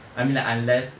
I mean like unless